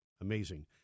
Amazing